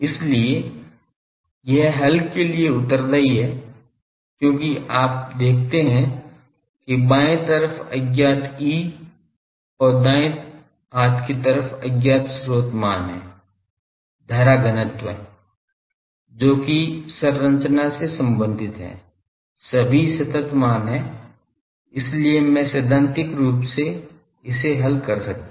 इसलिए यह हल के लिए उत्तरदायी है क्योंकि आप देखते हैं कि बाएं तरफ अज्ञात E और दाएं हाथ की तरफ अज्ञात स्रोत मान है धारा घनत्व है जो कि संरचना से संबंधित है सभी सतत मान है इसलिए मैं सैद्धांतिक रूप से इसे हल कर सकता हूं